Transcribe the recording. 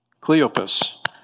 Cleopas